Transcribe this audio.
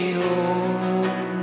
home